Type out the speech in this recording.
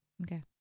Okay